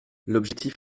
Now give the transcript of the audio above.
l’objectif